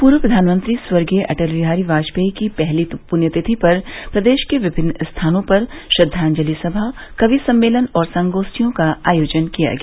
पूर्व प्रधानमंत्री स्वर्गीय अटल बिहारी वाजपेई की पहली पुण्य तिथि पर प्रदेश के विभिन्न स्थानों पर श्रद्वाजंलि सभा कवि सम्मेलन और संगोष्ठियों का आयोजन किया गया